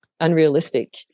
unrealistic